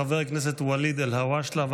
חבר הכנסת ואליד אלהואשלה,